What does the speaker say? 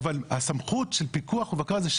האם המבקר אמור לפרסם את זה?